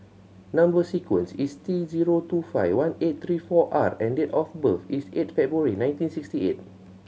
number sequence is T zero two five one eight three four R and date of birth is eight February nineteen sixty eight